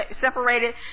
separated